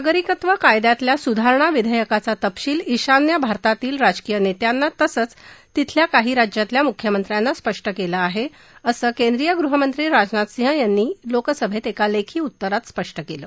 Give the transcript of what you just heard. नागरिकत्व कायद्यातल्या सुधारणा विधेयकाचा तपशील ईशान्य भारतातल्या राजकीय नेत्यांना तसंच तिथल्या काही राज्यातल्या मुख्यमंत्र्यांना स्पष्ट केला आहे असं केंद्रीय गृहमंत्री राजनाथ सिंग यांनी लोकसभेत एका लेखी उत्तरात स्पष्ट केलं